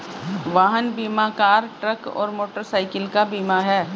वाहन बीमा car, truck और मोटरसाइकिल का बीमा है